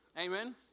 amen